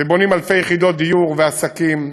בונים אלפי יחידות דיור, ועסקים,